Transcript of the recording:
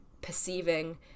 perceiving